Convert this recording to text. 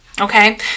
Okay